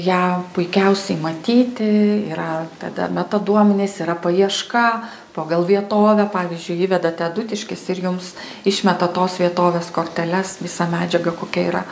ją puikiausiai matyti yra tada metaduomenys yra paieška pagal vietovę pavyzdžiui įvedate adutiškis ir jums išmeta tos vietovės korteles visą medžiagą kokia yra